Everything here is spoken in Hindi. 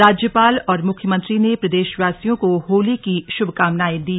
राज्यपाल और मुख्यमंत्री ने प्रदेशवासियों को होली की शुभकामनायें दी